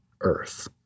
earth